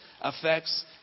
affects